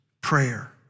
prayer